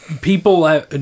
people